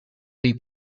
dei